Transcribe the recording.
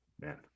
Man